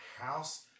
house